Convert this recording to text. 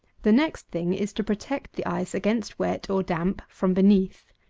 the next thing is to protect the ice against wet, or damp, from beneath.